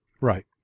right